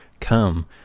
Come